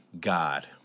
God